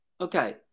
Okay